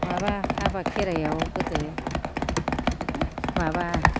माबा हाबा खेराइआव गोदो माबा